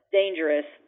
dangerous